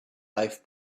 life